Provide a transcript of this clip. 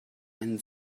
ein